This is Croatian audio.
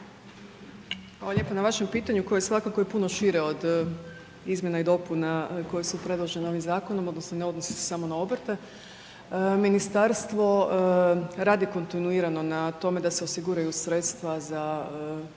Hvala lijepo na vašem pitanju koje je svakako i puno šire od izmjena i dopuna koja su predložena ovim zakonom, odnosno ne odnosi se samo na obrte. Ministarstvo radi kontinuirano na tome da se osiguraju sredstva za